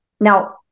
Now